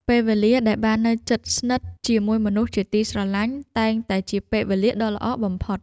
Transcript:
ពេលវេលាដែលបាននៅជិតស្និទ្ធជាមួយមនុស្សជាទីស្រឡាញ់ តែងតែជាពេលវេលាដ៏ល្អបំផុត។